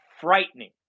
frightening